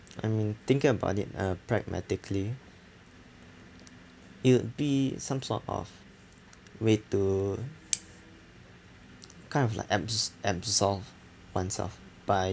I mean thinking about it uh pragmatically it'll be some sort of way to kind of like abs~ absolve oneself by